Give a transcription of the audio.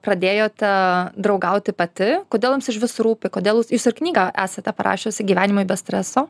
pradėjote draugauti pati kodėl jums išvis rūpi kodėl jūs jūs ir knygą esate parašiusi gyvenimui be streso